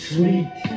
Sweet